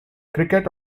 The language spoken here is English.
cricket